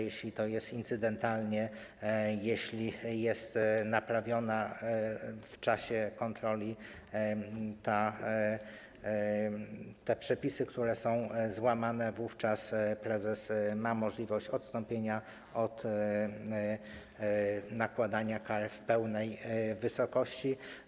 Jeśli jest to incydentalne, jeśli jest to naprawione w czasie kontroli - chodzi o te przepisy, które są złamane - wówczas prezes ma możliwość odstąpienia od nałożenia kary w pełnej wysokości.